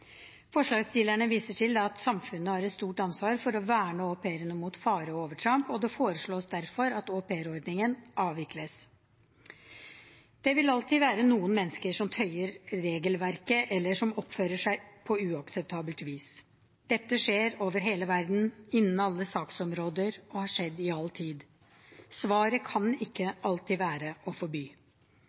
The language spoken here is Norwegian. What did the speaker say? Forslagsstillerne viser til at samfunnet har et stort ansvar for å verne au pairene mot fare og overtramp, og det foreslås derfor at aupairordningen avvikles. Det vil alltid være noen mennesker som tøyer regelverket, eller som oppfører seg på uakseptabelt vis. Dette skjer over hele verden, innenfor alle saksområder, og har skjedd i all tid. Svaret kan ikke alltid være å forby.